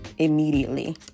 immediately